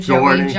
Joey